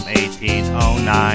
1809